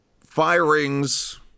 firings